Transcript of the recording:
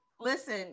listen